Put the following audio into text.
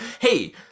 hey